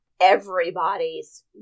everybody's